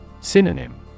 Synonym